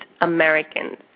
Americans